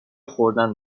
خوردن